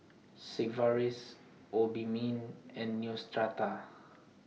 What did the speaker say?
Sigvaris Obimin and Neostrata